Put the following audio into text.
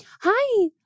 Hi